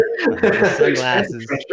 Sunglasses